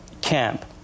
camp